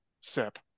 sip